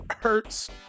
hurts